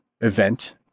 event